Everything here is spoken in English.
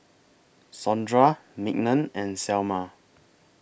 Sondra Mignon and Selma